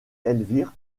elvire